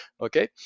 Okay